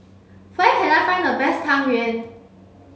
where can I find the best Tang Yuen